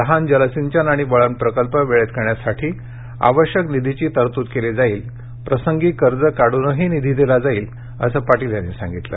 लहान जलसिंचन आणि वळण प्रकल्प वेळेत करण्यासाठी आवश्यक निधीची तरतूद केली जाईल प्रसंगी कर्ज काढूनही निधी दिला जाईल असं पाटील यांनी सांगितलं